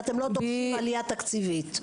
ולא דורשים עליה תקציבית.